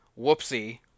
whoopsie